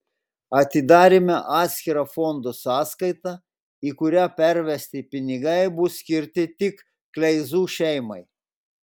atidarėme atskirą fondo sąskaitą į kurią pervesti pinigai bus skirti tik kleizų šeimai